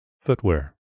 Footwear